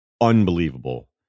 unbelievable